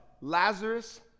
Lazarus